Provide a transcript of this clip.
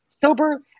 sober